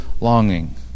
longing